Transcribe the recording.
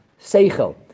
Seichel